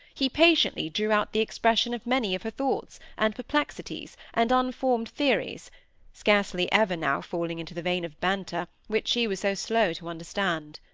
he patiently drew out the expression of many of her thoughts, and perplexities, and unformed theories scarcely ever now falling into the vein of banter which she was so slow to understand.